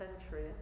century